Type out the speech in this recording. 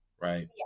Right